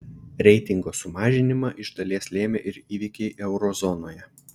reitingo sumažinimą iš dalies lėmė ir įvykiai euro zonoje